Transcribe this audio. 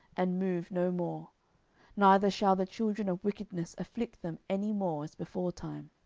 and move no more neither shall the children of wickedness afflict them any more, as beforetime,